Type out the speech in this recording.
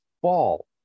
fall